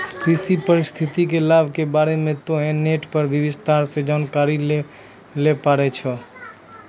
कृषि पारिस्थितिकी के लाभ के बारे मॅ तोहं नेट पर भी विस्तार सॅ जानकारी लै ल पारै छौ